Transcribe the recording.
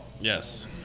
Yes